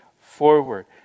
forward